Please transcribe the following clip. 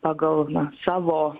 pagal savo